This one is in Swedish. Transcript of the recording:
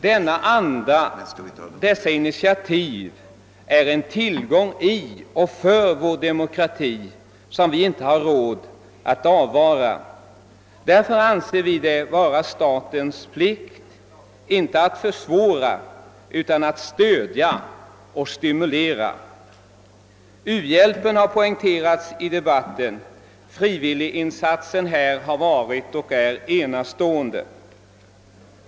Denna anda och dessa initiativ utgör en tillgång i och för vår demokrati som vi inte har råd att avvara. Därför anser vi det vara statens plikt, inte att försvåra, utan att stödja och stimulera. U-hjälpen har poängterats i debatten och frivilliginsatsen har härvidlag varit och är enastående.